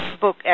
Book